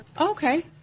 Okay